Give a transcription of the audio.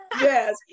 yes